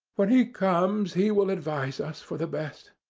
when he comes, he will advise us for the best.